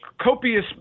copious